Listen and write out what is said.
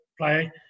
play